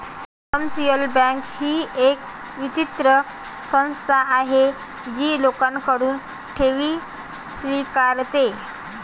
commercial bank ही एक वित्तीय संस्था आहे जी लोकांकडून ठेवी स्वीकारते